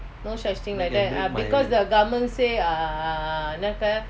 I want to bring my